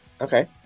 Okay